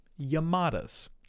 yamada's